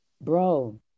bro